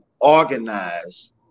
organize